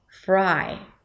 Fry